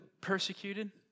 persecuted